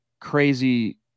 crazy